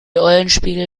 eulenspiegel